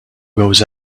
goes